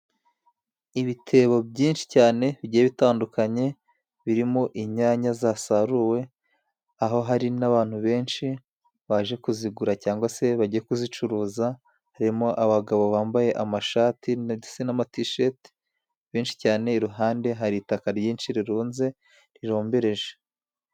Ibitebo byinshi cyane bigiye bitandukanye birimo inyanya zasaruwe, aho hari n'abantu benshi baje kuzigura cyangwa se bagiye kuzicuruza, harimo abagabo bambaye amashati ndetse n'amatisheti benshi cyane, iruhande hari itaka ryinshi rirunze rirombereje.